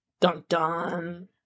Dun-dun